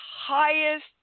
highest